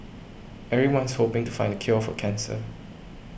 everyone's hoping to find the cure for cancer